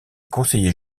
conseillers